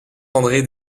andré